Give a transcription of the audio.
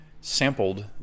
sampled